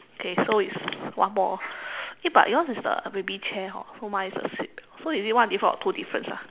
okay so it's one more eh but yours is the baby chair hor so mine is the seat belt so is it one difference or two difference ah